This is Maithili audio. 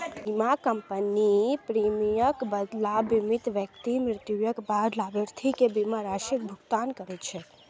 बीमा कंपनी प्रीमियमक बदला बीमित व्यक्ति मृत्युक बाद लाभार्थी कें बीमा राशिक भुगतान करै छै